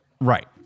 Right